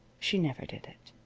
she never did it.